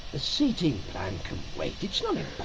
the seating plan can wait, it's not